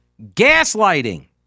Gaslighting